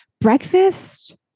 breakfast